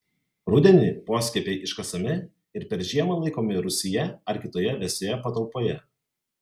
rudenį poskiepiai iškasami ir per žiemą laikomi rūsyje ar kitoje vėsioje patalpoje